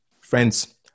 Friends